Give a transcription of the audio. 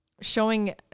Showing